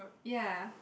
ya